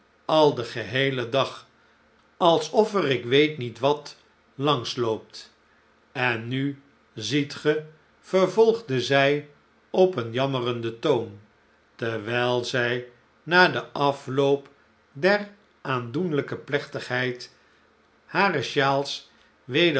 al den geheelen dag alsof er ik weet niet wat langs loopt en nu ziet ge vervolgde zij op een jammerenden toon terwijl zij na den afloop der aandoenlijke plechtigheid hare shawls